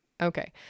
Okay